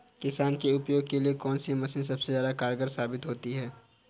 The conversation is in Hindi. किसान के उपयोग के लिए कौन सी मशीन सबसे ज्यादा कारगर साबित होती है?